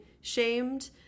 shamed